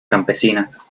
campesinas